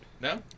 No